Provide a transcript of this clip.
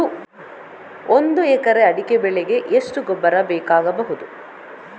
ಒಂದು ಎಕರೆ ಅಡಿಕೆ ಬೆಳೆಗೆ ಎಷ್ಟು ಗೊಬ್ಬರ ಬೇಕಾಗಬಹುದು?